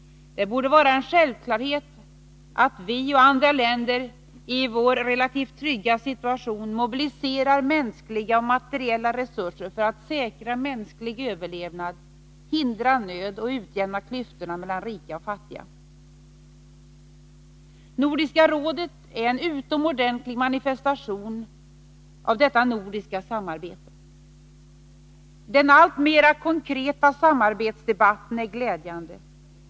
Det borde vara en självklarhet att vi och andra länder i vår relativt trygga situation mobiliserar mänskliga och materiella resurser för att säkra mänsklig överlevnad, hindra nöd och utjämna klyftorna mellan rika och fattiga. Nordiska rådet är en utomordenlig manifestation av detta nordiska samarbete. Den alltmer konkreta samarbetsdebatten är glädjande.